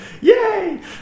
yay